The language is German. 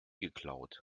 geklaut